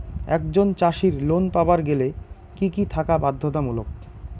একজন চাষীর লোন পাবার গেলে কি কি থাকা বাধ্যতামূলক?